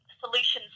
solutions